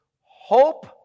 hope